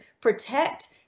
protect